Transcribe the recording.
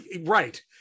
Right